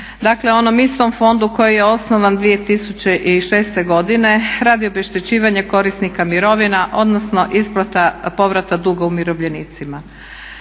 Dakle, onom istom fondu koji je osnovan 2006. godine radi obeštećivanja korisnika mirovina odnosno isplata povrata duga umirovljenicima.